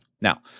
Now